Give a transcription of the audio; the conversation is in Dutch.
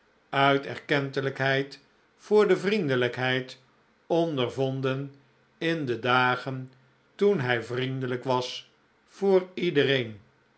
uit erkentelijkheid voor de vriendelijkheid ondervonden in de dagen toen hij vriendelijk was voor iedereen